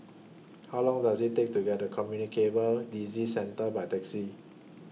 How Long Does IT Take to get The Communicable Disease Centre By Taxi